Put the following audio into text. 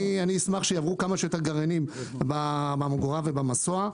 אני אשמח שיעברו כמה שיותר גרעינים בממגורה ובמסוע.